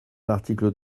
l’article